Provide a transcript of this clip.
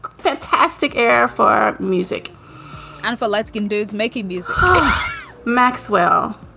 fantastic air for music and for lesbian dudes making music maxwell